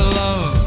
love